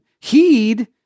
heed